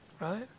right